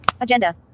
Agenda